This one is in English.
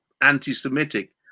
anti-Semitic